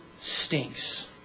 stinks